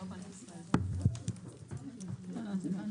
שבוע